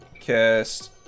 cast